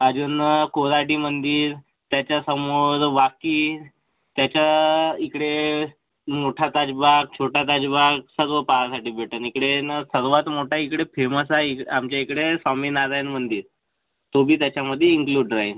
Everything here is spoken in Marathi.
अजून कोराडीमंदी त्याच्यासमोर वाकी त्याच्या इकडे मोठा ताजबाग छोटा ताजबाग सगळं पाहायसाठी भेटेल इकडे आहे नं सर्वात मोठा इकडे फेमस आहे आमच्याइकडे स्वामी नारायणमंदिर तो बी त्याच्यामध्ये इन्क्ल्यूड राहील